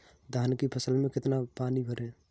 धान की फसल में कितना पानी भरें?